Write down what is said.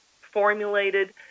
formulated